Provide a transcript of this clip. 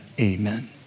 amen